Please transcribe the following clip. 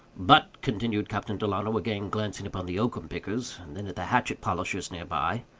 but, continued captain delano, again glancing upon the oakum-pickers and then at the hatchet-polishers, near by,